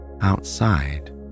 Outside